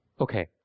Okay